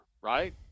right